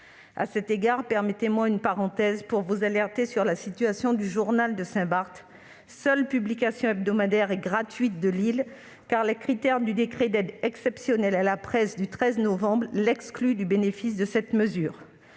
À cet égard, permettez-moi d'ouvrir une parenthèse pour vous alerter sur la situation du, seule publication hebdomadaire et gratuite de l'île, car les critères du décret d'aide exceptionnelle à la presse du 13 novembre dernier l'excluent du bénéfice de cette mesure.